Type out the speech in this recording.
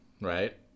right